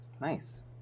Nice